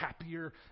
happier